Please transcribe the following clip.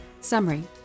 Summary